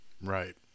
Right